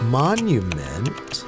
monument